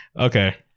Okay